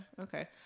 okay